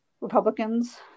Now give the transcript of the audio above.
Republicans